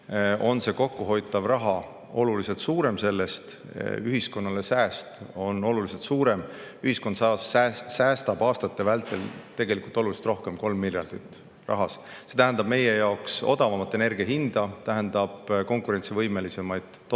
on kokkuhoitav raha sellest oluliselt suurem, sääst ühiskonnale on oluliselt suurem. Ühiskond säästab aastate vältel tegelikult oluliselt rohkem, 3 miljardit. See tähendab meie jaoks odavamat energia hinda, tähendab konkurentsivõimelisemaid tooteid.